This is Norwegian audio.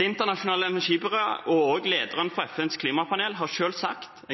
Det internasjonale energibyrået, og lederen av FNs klimapanel, har selv sagt